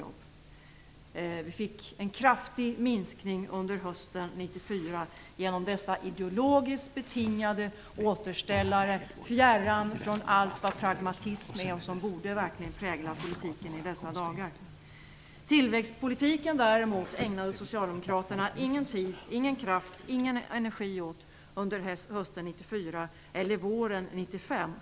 Det blev en kraftig minskning under hösten 1994 genom dessa ideologiskt betingade återställare, fjärran från allt vad pragmatism är och som verkligen borde prägla politiken i dessa dagar. Tillväxtpolitiken, däremot, ägnade Socialdemokraterna ingen tid, kraft eller energi åt under hösten 1994 och våren 1995.